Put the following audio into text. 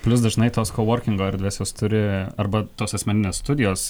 plius dažnai tos kovorkingo erdvės jos turi arba tos asmeninės studijos